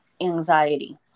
anxiety